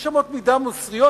יש אמות מידה מוסריות,